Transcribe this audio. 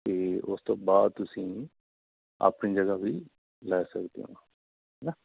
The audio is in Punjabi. ਅਤੇ ਉਸ ਤੋਂ ਬਾਅਦ ਤੁਸੀਂ ਆਪਣੀ ਜਗ੍ਹਾ ਵੀ ਲੈ ਸਕਦੇ ਹੋ ਨਾ